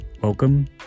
Welcome